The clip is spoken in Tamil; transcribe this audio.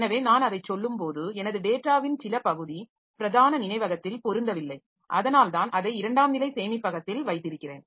எனவே நான் அதைச் சொல்லும்போது எனது டேட்டாவின் சில பகுதி பிரதான நினைவகத்தில் பொருந்தவில்லை அதனால்தான் அதை இரண்டாம் நிலை சேமிப்பகத்தில் வைத்திருக்கிறேன்